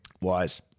Wise